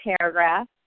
paragraph